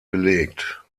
belegt